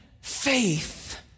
faith